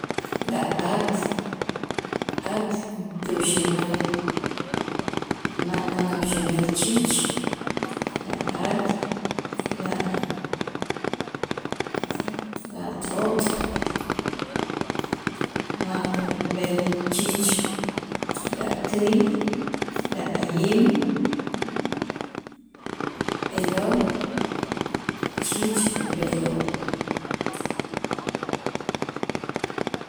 La'aak aak tuxi'imal ma'- ma' tanuxi'mal chich a' aak la't'ot' ma' tub'el chich la'käy la'ayim je'lo' chich ub'eloo'